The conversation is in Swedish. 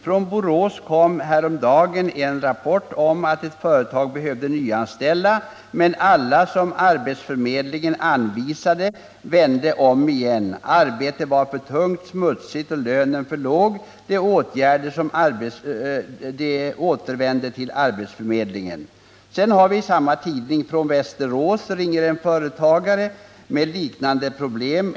Från Borås kom häromdagen en rapport om att ett företag behövde nyanställa, men alla som arbetsförmedlingen anvisade vände om igen. Arbetet var för tungt, smutsigt och lönen för låg. De återvände till arbetsförmedlingen. I samma tidning står följande: Från Västerås ringer en företagare med liknande problem.